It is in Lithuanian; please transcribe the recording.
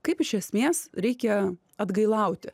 kaip iš esmės reikia atgailauti